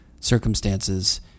circumstances